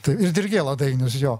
tai ir dirgėla dainius jo